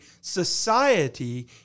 society